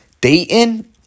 Dayton